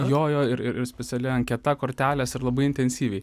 jo jo ir ir speciali anketa kortelės ir labai intensyviai